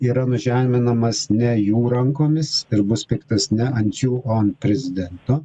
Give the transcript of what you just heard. yra nužeminamas ne jų rankomis ir bus piktas ne ant jų o ant prezidento